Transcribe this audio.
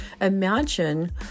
imagine